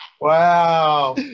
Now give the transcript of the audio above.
Wow